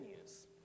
news